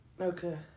Okay